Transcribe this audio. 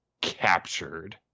captured